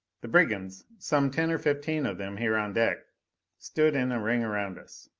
the brigands some ten or fifteen of them here on deck stood in a ring around us.